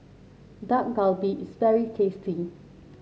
Dak Galbi is very tasty